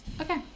Okay